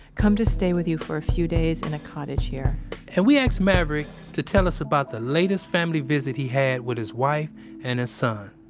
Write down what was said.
come to stay with you for a few days in a cottage here and we asked maverick to tell us about the latest family visit he had with his wife and his son